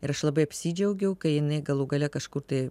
ir aš labai apsidžiaugiau kai jinai galų gale kažkur tai